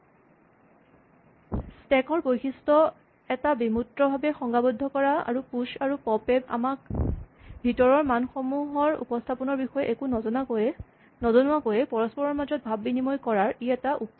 stack ৰ বৈশিষ্ট এটা বিমূৰ্তভাৱে সংজ্ঞাবদ্ধ কৰা আৰু প্যুচ আৰু পপ্ এ আমাক ভিতৰৰ মানসমূহৰ উপস্হাপনৰ বিষয়ে একো নজনোৱাকৈ পৰস্পৰৰ মাজত ভাৱ বিনিময় কৰাৰ ই এটা উপায়